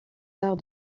arts